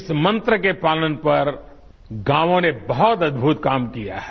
इस मंत्र के पालन पर गांवों ने बहुत अद्भुत काम किया है